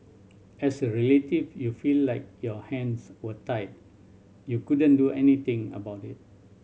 and as a relative you feel like your hands were tied you couldn't do anything about it